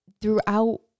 throughout